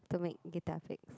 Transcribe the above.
to make guitar picks